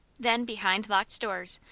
then, behind locked doors,